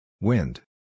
Wind